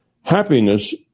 happiness